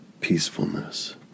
peacefulness